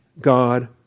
God